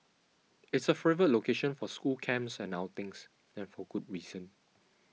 it's a favourite location for school camps and outings and for good reason